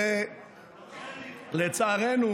לצערנו